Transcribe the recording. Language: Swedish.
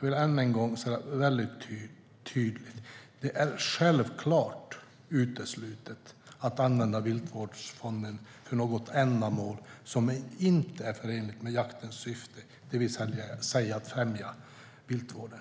vill jag än en gång vara mycket tydlig. Det är självklart uteslutet att använda Viltvårdsfonden för något ändamål som inte är förenligt med jaktens syfte, det vill säga att främja viltvården.